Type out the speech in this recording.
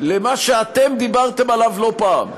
למה שדיברתם עליו לא פעם.